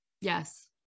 yes